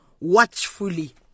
watchfully